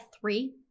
three